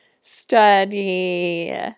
study